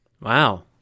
Wow